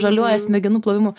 žaliuoju smegenų plovimu